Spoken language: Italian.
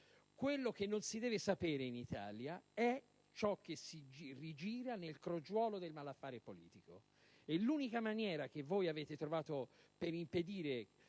Quello che non si deve sapere in Italia è ciò che si rigira nel crogiuolo del malaffare politico. E l'unica maniera che voi avete trovato per impedire